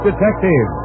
Detective